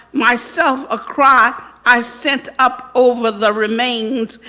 myself, a cry i sent up over the remains.